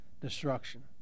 destruction